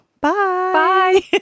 Bye